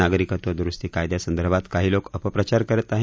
नागरिकत्व दुरुस्ती कायद्या संदर्भात काही लोक अपप्रचार करत आहेत